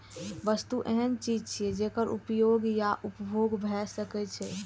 वस्तु एहन चीज छियै, जेकर उपयोग या उपभोग भए सकै छै